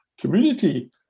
community